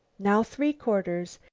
now three-quarters.